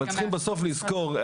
אבל צריכים בסוף לזכור,